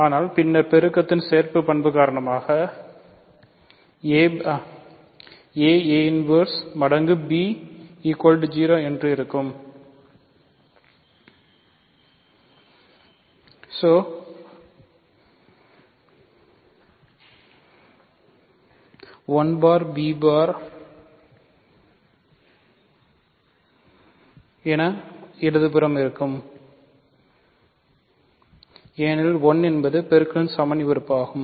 ஆனால் பின்னர் பெருக்கத்தின் சேர்ப்பு பண்பு மடங்கு ஒரு b பார் க்கு சமம் என்று கூறுகிறது ஆனால் a பார் படி 1 a பாரை 1 பார் முறை b பார் என்பதை 0 பார் க்கு சமமாக எழுதலாம் 1 bar b bar 1 b bar யாகும் ஏனெனில் 1 பார் என்பது பெருக்கல் சமணி உறுப்பாகும்